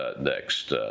next